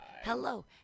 hello